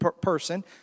person